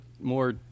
more